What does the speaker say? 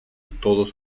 todos